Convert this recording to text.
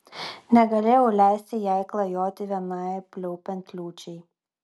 negalėjau leisti jai klajoti vienai pliaupiant liūčiai